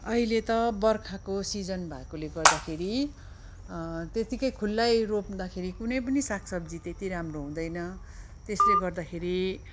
अहिले त बर्खाको सिजन भएकोले गर्दाखेरि त्यतिकै खुल्लै रोप्दाखेरि कुनै पनि सागसब्जी त्यति राम्रो हुँदैन त्यसले गर्दाखेरि